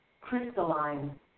crystalline